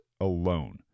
alone